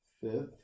fifth